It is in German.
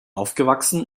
aufgewachsen